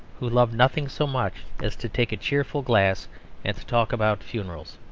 who love nothing so much as to take a cheerful glass and to talk about funerals.